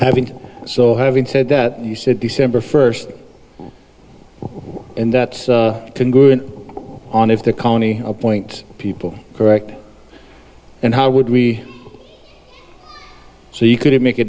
action so having said that you said december first and that can go on if the county appoint people correct and how would we so you could make a